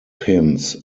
pins